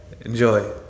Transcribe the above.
Enjoy